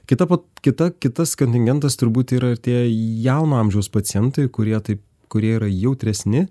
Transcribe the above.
kita kita kitas kontingentas turbūt yra ir tie jauno amžiaus pacientai kurie taip kurie yra jautresni